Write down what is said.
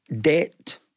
debt